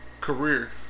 career